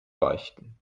beichten